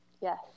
yes